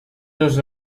dos